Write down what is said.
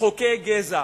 חוקי גזע.